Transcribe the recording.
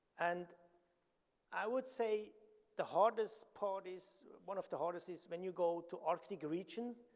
and i would say the hardest part is, one of the hardest is when you go to arctic regions,